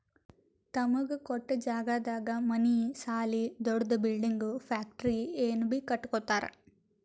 ತಮಗ ಕೊಟ್ಟ್ ಜಾಗದಾಗ್ ಮನಿ ಸಾಲಿ ದೊಡ್ದು ಬಿಲ್ಡಿಂಗ್ ಫ್ಯಾಕ್ಟರಿ ಏನ್ ಬೀ ಕಟ್ಟಕೊತ್ತರ್